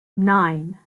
nine